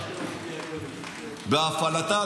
בהפעלתה,